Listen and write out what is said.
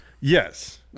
Yes